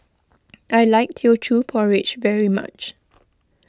I like Teochew Porridge very much